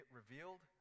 revealed